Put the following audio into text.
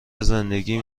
زندگیم